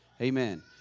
Amen